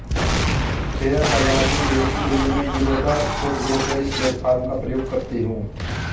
share बाजार में निवेश के लिए मैं ज़ीरोधा स्टॉक ब्रोकरेज प्लेटफार्म का प्रयोग करती हूँ